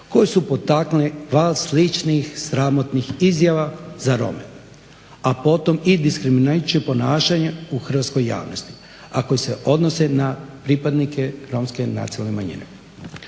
koje su potaknule val sličnih sramotnih izjava za Rome, a potom i diskriminacijsko ponašanje u hrvatskoj javnosti a koji se odnose na pripadnike romske nacionalne manjine.